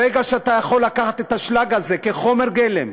ברגע שאתה יכול לקחת את האשלג הזה כחומר גלם,